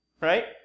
right